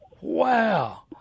Wow